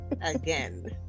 again